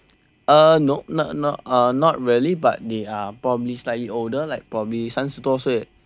uh no not not not really but they are probably slightly older like probably 三十多岁